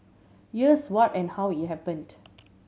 here's what and how it happened